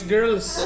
Girls